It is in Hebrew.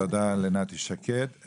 תודה לנתי שקד.